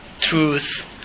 truth